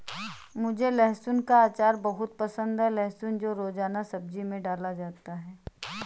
मुझे लहसुन का अचार बहुत पसंद है लहसुन को रोजाना सब्जी में डाला जाता है